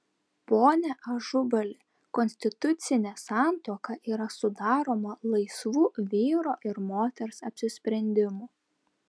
pone ažubali konstitucinė santuoka yra sudaroma laisvu vyro ir moters apsisprendimu